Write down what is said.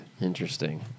Interesting